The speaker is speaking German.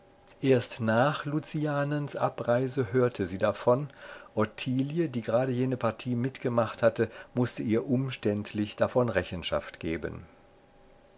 erst nach lucianens abreise hörte sie davon ottilie die gerade jene partie mitgemacht hatte mußte ihr umständlich davon rechenschaft geben